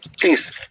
please